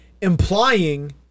implying